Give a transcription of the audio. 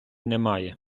немає